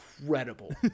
incredible